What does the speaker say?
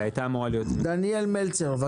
דניאל מלצר, אגף תקציבים,